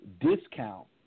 discount